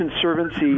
Conservancy